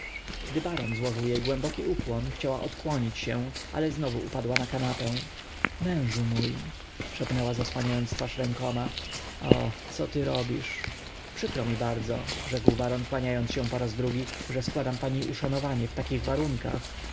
gdy baron złożył jej głęboki ukłon chciała odkłonić się ale znowu upadła na kanapę mężu mój szepnęła zasłaniając twarz rękoma o co ty robisz przykro mi bardzo rzekł baron kłaniając się poraz drugi że składam pani uszanowanie w takich warunkach